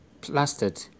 plastered